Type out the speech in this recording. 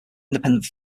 independent